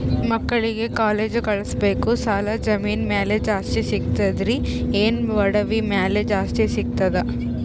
ಮಕ್ಕಳಿಗ ಕಾಲೇಜ್ ಕಳಸಬೇಕು, ಸಾಲ ಜಮೀನ ಮ್ಯಾಲ ಜಾಸ್ತಿ ಸಿಗ್ತದ್ರಿ, ಏನ ಒಡವಿ ಮ್ಯಾಲ ಜಾಸ್ತಿ ಸಿಗತದ?